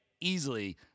Easily